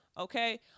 Okay